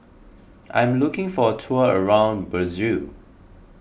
I'm looking for a tour around Brazil